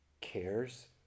cares